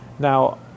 Now